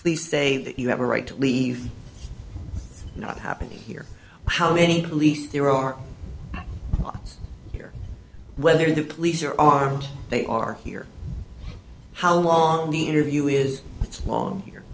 police say that you have a right to leave not happening here how many police there are here whether the police or are they are here how long the interview is it's long here